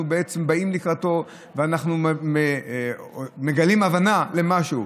באים לקראתו ואנחנו מגלים הבנה למשהו.